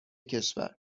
کشور